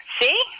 See